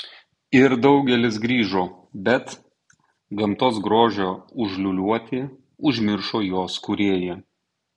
ir daugelis grįžo bet gamtos grožio užliūliuoti užmiršo jos kūrėją